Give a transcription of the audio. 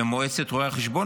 במועצת רואי החשבון,